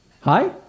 Hi